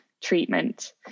treatment